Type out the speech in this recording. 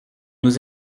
nous